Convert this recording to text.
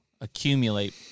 accumulate